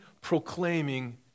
proclaiming